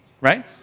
right